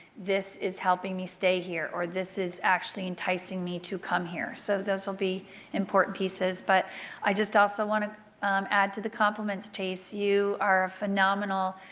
this is helping me stay here. or this is actually enticing me to come here. so those will be important pieces. but i also want to add to the compliment chace, you are a phenomenal